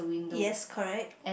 yes correct